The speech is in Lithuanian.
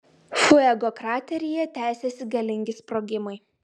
fuego krateryje tęsiasi galingi sprogimai